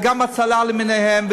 ארגוני הצלה למיניהם,